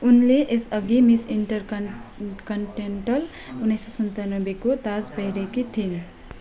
उनले यसअघि Miss Intercontinental उन्नाइस सय सन्तानब्बेको ताज पहिरेकी थिइन्